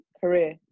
career